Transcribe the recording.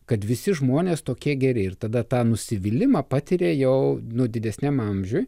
kad visi žmonės tokie geri ir tada tą nusivylimą patiria jau nu didesniam amžiuj